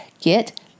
get